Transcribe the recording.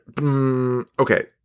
okay